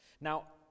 Now